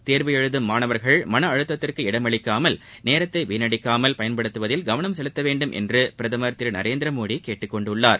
தேர்வு எழுதும் மாணவர்கள் மன அழுத்தத்திற்கு இடமளிக்காமல் நேரத்தை வீணடிக்காமல் பயன்படுத்துவதில் கவனம் செலுத்தவேண்டும் என்ற பிரதமர் திரு நரேந்திரமோடி கேட்டுக்கொண்டுள்ளார்